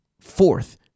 fourth